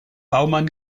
baumann